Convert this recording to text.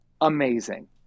amazing